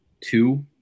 Two